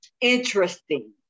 interesting